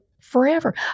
forever